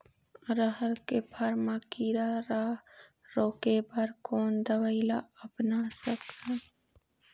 रहर के फर मा किरा रा रोके बर कोन दवई ला अपना सकथन?